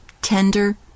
Tender